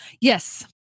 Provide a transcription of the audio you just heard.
Yes